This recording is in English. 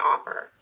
offer